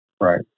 Right